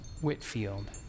Whitfield